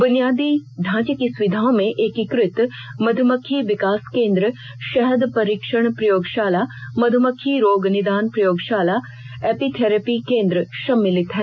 बुनियादी ढांचे की सुविधाओं में एकीकृत मधुमक्खी विकास केन्द्र शहद परीक्षण प्रयोगशाला मधुमक्खी रोग निदान प्रयोगशाला एपीथेरपी केन्द्र सम्मिलित हैं